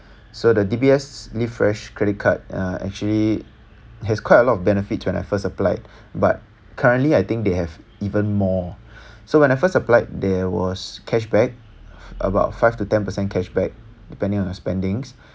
so the D_B_S live fresh credit card uh actually has quite a lot of benefits when I first applied but currently I think they have even more so when I first applied there was cashback about five to ten percent cashback depending on our spendings